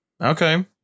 Okay